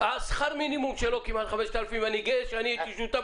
השכר מינימום שלו כמעט 5,000 ואני גאה שהייתי שותף